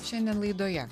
šiandien laidoje